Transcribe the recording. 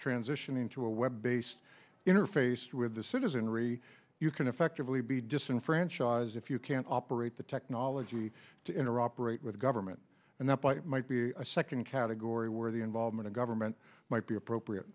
transitioning to a web based interface with the citizenry you can effectively be disenfranchised if you can't operate the technology to interoperate with government and that might be a second category where the involvement of government might be appropriate